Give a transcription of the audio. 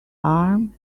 arm